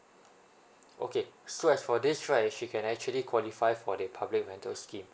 okay so as for this right she can actually qualify for the public rental scheme